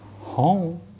home